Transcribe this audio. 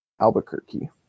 Albuquerque